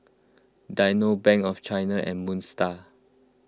Dynamo Bank of China and Moon Star